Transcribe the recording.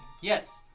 Yes